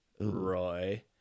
Roy